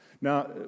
Now